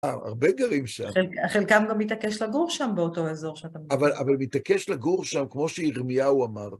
הרבה גרים שם. חלקם גם מתעקש לגור שם באותו אזור שאתה מדבר. אבל מתעקש לגור שם כמו שירמיהו אמר.